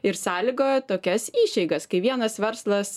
ir sąlygojo tokias išeigas kai vienas verslas